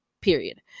period